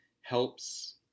helps